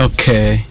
Okay